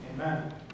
Amen